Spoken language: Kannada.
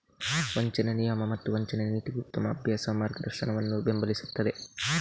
ವಂಚನೆ ನಿಯಮ ಮತ್ತು ವಂಚನೆ ನೀತಿಗೆ ಉತ್ತಮ ಅಭ್ಯಾಸ ಮಾರ್ಗದರ್ಶನವನ್ನು ಬೆಂಬಲಿಸುತ್ತದೆ